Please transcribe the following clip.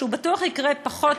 שהוא בטוח יקרה בצורה פחות